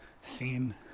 scene